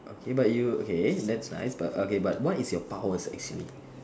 okay but you okay that's nice but okay but what is your powers actually